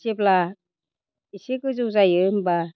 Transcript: जेब्ला एसे गोजौ जायो होमब्ला